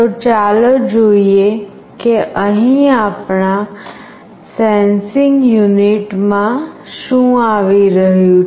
તો ચાલો જોઈએ કે અહીં આપણા સેન્સિંગ યુનિટમાં શું આવી રહ્યું છે